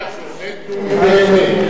אז אני אחזור: מ-טומ-ט-מת.